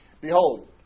Behold